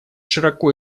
широко